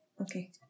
Okay